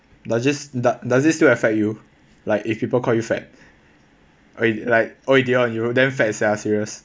does it does it does it still affect you like if people call you fat okay like on you then fat sia serious